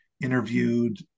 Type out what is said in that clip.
interviewed